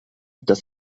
das